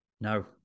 No